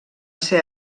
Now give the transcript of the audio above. ser